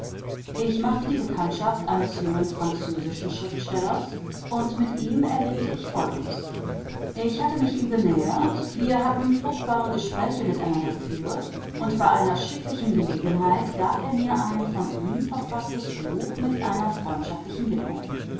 ich machte die bekanntschaft eines jungen französischen schriftstellers und mit ihm erlebte ich folgendes ich hatte mich ihm genähert wir hatten fruchtbare gespräche miteinander geführt und bei einer schicklichen gelegenheit gab er mir ein von ihm verfaßtes buch mit einer freundschaftlichen widmung